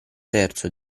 terzo